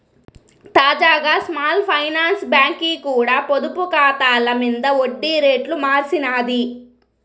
తాజాగా small finance బాంకీ కూడా పొదుపు కాతాల మింద ఒడ్డి రేట్లు మార్సినాది